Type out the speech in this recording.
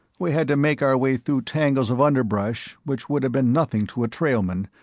we had to make our way through tangles of underbrush which would have been nothing to a trailman,